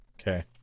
Okay